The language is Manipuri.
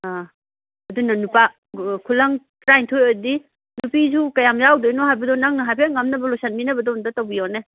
ꯑꯪ ꯑꯗꯨꯅ ꯅꯨꯄꯥ ꯈꯨꯂꯪ ꯇꯔꯥꯅꯤꯊꯣꯏ ꯑꯣꯏꯔꯗꯤ ꯅꯨꯄꯨꯖꯨ ꯀꯌꯥꯝ ꯌꯥꯎꯗꯣꯏꯅꯣ ꯍꯥꯏꯕꯗꯣ ꯅꯪꯅ ꯍꯥꯏꯐꯦꯠ ꯉꯝꯅꯕ ꯂꯣꯏꯁꯟꯕꯤꯅꯕꯗꯣ ꯑꯝꯇ ꯇꯧꯕꯤꯌꯨꯅꯦ